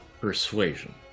persuasion